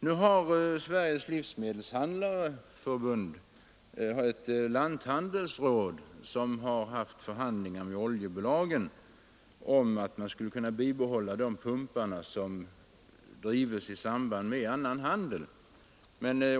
Nu har Sveriges Livsmedelshandlareförbund ett lanthandelsråd som har förhandlat med oljebolagen om att bibehålla de pumpar som drivs i samband med annan handel.